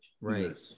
Right